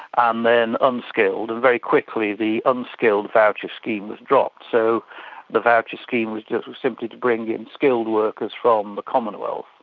um then unskilled. and very quickly the unskilled voucher scheme was dropped. so the voucher scheme was simply to bring in skilled workers from the commonwealth.